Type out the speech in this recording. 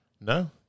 No